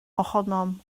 ohonom